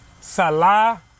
Salah